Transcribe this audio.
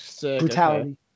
Brutality